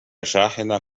شاحنة